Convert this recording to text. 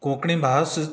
कोंकणी भास